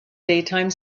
daytime